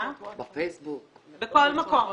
בכל מקום.